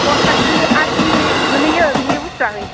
पसासि आसि गोलैयो बियो बुस्थुआहै